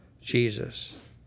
Jesus